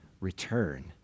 return